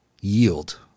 yield